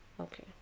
Okay